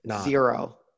zero